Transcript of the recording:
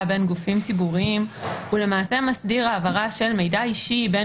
בין גופים ציבוריים הוא למעשה מסדיר העברה של מידע אישי בין